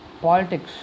politics